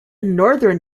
northern